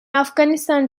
afghanistan